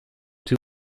two